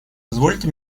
позвольте